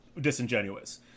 disingenuous